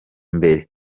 mbere